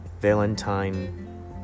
Valentine